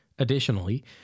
Additionally